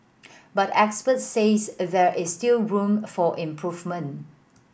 but experts say there is still room for improvement